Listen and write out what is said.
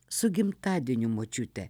su gimtadieniu močiute